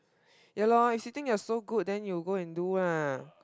ya loh if you think you so good then you go and do lah